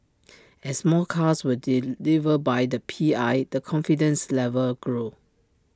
as more cars were delivered by the P I the confidence level grow